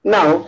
Now